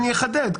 אני אחדד.